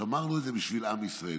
שמרנו את זה בשביל עם ישראל.